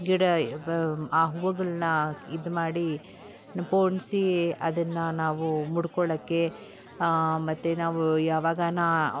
ಗಿಡ ಆ ಹೂವುಗಳನ್ನು ಇದು ಮಾಡಿ ಪೊಣಿಸಿ ಅದನ್ನು ನಾವು ಮುಡ್ಕೊಳ್ಳೋಕ್ಕೆ ಮತ್ತು ನಾವು ಯಾವಾಗಾರು